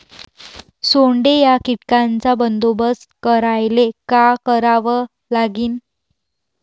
सोंडे या कीटकांचा बंदोबस्त करायले का करावं लागीन?